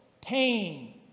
pain